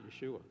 Yeshua